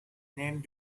name